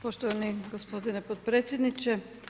Poštovani gospodine potpredsjedniče.